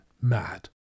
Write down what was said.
mad